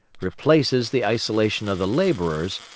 replaces the isolation of the labourers,